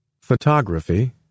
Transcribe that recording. photography